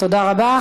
תודה רבה.